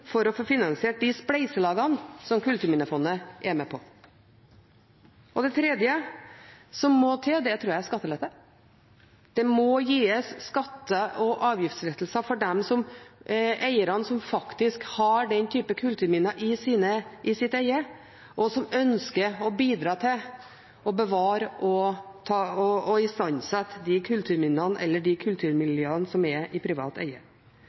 for å få finansiert de spleiselagene som Kulturminnefondet er med på. Det tredje som må til, tror jeg er skattelette. Det må gis skatte- og avgiftslettelser for de eierne som faktisk har den type kulturminner i sitt eie, og som ønsker å bidra til å bevare og istandsette de kulturminnene eller de kulturmiljøene som er i privat eie.